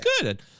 good